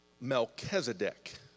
Melchizedek